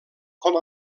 com